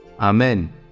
Amen